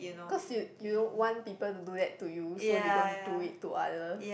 cause you you don't want people to do that to you so you don't do it to others